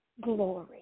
glory